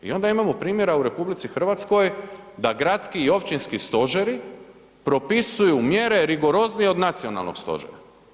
I onda imamo primjera u RH da gradski i općinski stožeri propisuju mjere rigoroznije od nacionalnog stožera.